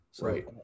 right